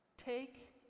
Take